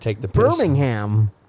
Birmingham